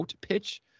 pitch